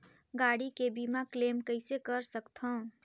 गाड़ी के बीमा क्लेम कइसे कर सकथव?